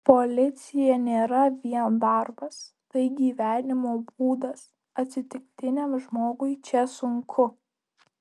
policija nėra vien darbas tai gyvenimo būdas atsitiktiniam žmogui čia sunku